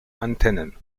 antennen